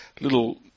little